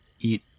eat